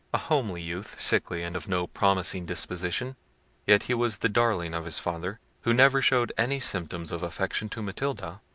a homely youth, sickly, and of no promising disposition yet he was the darling of his father, who never showed any symptoms of affection to matilda.